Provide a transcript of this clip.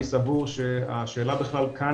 אני סבור שהשאלה בכלל כאן,